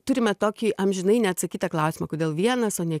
turime tokį amžinai neatsakytą klausimą kodėl vienas o ne